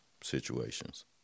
situations